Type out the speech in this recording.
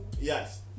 Yes